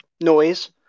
noise